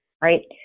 right